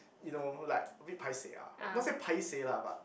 you know like a bit paiseh ah not say paiseh lah but